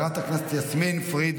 ספורים,